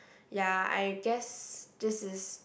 ya I guess this is